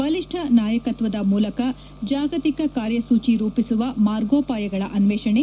ಬಲಿಷ್ಠ ನಾಯಕತ್ವದ ಮೂಲಕ ಜಾಗತಿಕ ಕಾರ್ಯಸೂಜಿ ರೂಪಿಸುವ ಮಾರ್ಗೋಪಾಯಗಳ ಅನ್ನೇಷಣೆ